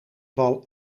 bal